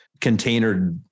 container